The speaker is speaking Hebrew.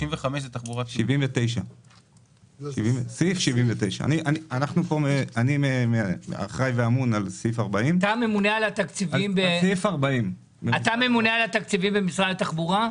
סעיף 79. אני אחראי ואמון על סעיף 40. אתה הממונה על התקציבים במשרד התחבורה?